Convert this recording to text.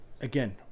Again